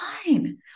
fine